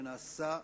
שנעשה בחיפזון.